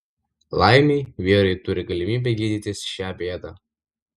laimei vyrai turi galimybę gydytis šią bėdą